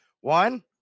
One